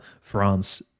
France